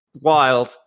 wild